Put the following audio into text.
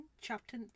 chapter